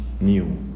new